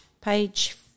Page